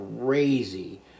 crazy